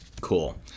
Cool